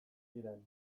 ziren